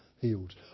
healed